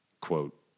quote